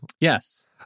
Yes